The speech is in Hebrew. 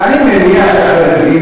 ממתי אתה יודע מה הרוב חושב, אדוני?